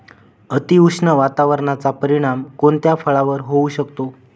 अतिउष्ण वातावरणाचा परिणाम कोणत्या फळावर होऊ शकतो?